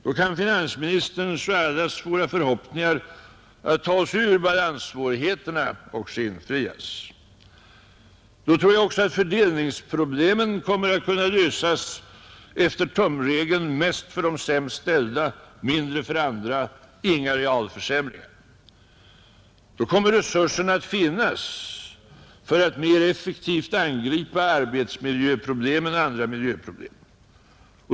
Då kan finansministerns och allas våra förhoppningar att vi skall kunna ta oss ur balanssvårigheterna också infrias. Då kommer också fördelningsproblemen att kunna lösas efter tumregeln: mest för de sämst ställda, mindre för andra, inga realförsämringar. Då kommer resurserna att finnas för att mera effektivt angripa arbetsmiljöproblemen och andra miljöproblem.